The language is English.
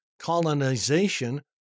colonization